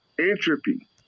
Entropy